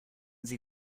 sie